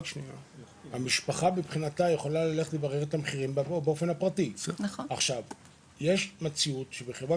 המשפחה יכולה לברר את המחירים בשוק הפרטי יש מציאות שחברה